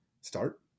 start